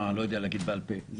אני לא יודע להגיד בעל פה.